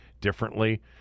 differently